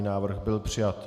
Návrh byl přijat.